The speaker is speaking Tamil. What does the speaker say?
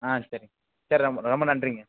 ஆ சரி சரி ரொம்ப ரொம்ப நன்றிங்க